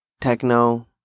techno